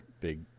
big